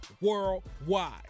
worldwide